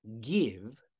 give